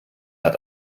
hat